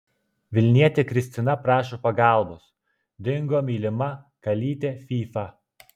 vilnietė kristina prašo pagalbos dingo mylima kalytė fyfa